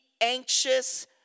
anxious